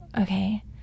okay